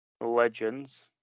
legends